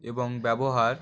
এবং ব্যবহার